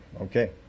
okay